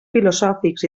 filosòfics